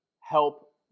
help